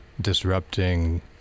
disrupting